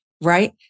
right